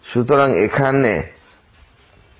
সুতরাং এটি 2n2 1n 1